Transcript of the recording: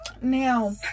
Now